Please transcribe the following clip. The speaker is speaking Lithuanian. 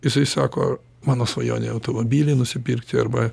jisai sako mano svajonė automobilį nusipirkti arba